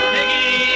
Piggy